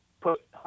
put